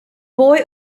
boy